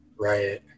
right